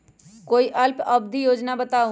कोई अल्प अवधि योजना बताऊ?